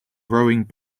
rowing